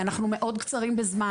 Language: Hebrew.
אנחנו מאוד קצרים בזמן.